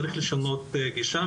צריך לשנות גישה,